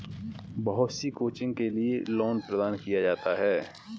बहुत सी कोचिंग के लिये लोन प्रदान किया जाता है